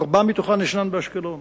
ארבע מתוכן יש באשקלון,